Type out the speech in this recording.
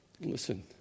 Listen